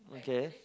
okay